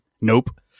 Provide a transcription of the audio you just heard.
Nope